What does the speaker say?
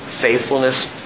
faithfulness